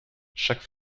chaque